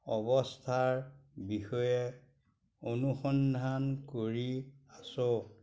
অৱস্থাৰ বিষয়ে অনুসন্ধান কৰি আছোঁ